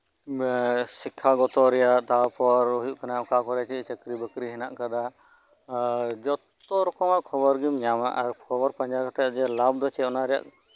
ᱥᱤᱠᱠᱷᱟ ᱜᱚᱛᱚ ᱨᱮᱭᱟᱜ ᱛᱟᱨᱯᱚᱨ ᱚᱠᱟ ᱠᱚᱨᱮ ᱪᱮᱫ ᱪᱟᱹᱠᱨᱤ ᱵᱟᱹᱠᱨᱤ ᱢᱮᱱᱟᱜ ᱠᱟᱫᱟ ᱡᱚᱛᱚ ᱨᱚᱠᱚᱢᱟᱜ ᱠᱷᱚᱵᱚᱨᱮᱢ ᱧᱟᱢᱟ ᱟᱨ ᱠᱷᱚᱵᱚᱨ ᱯᱟᱸᱡᱟ ᱞᱮᱠᱷᱟᱡ ᱚᱱᱟ ᱨᱮᱭᱟᱜ ᱞᱟᱵᱷ ᱫᱚ ᱪᱮᱫ